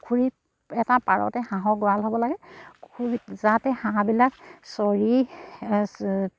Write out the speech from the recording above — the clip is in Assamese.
পুখুৰীত এটা পাৰতে হাঁহৰ গঁৰাল হ'ব লাগে পুখুৰীত যাতে হাঁহবিলাক চৰি